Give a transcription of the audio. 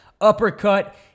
Uppercut